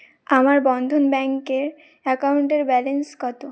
আমার বন্ধন ব্যাঙ্কের অ্যাকাউন্টের ব্যালেন্স কত